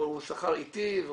הוא שכר איטי אבל